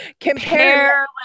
Compare